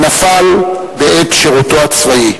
שנפל בעת שירותו הצבאי.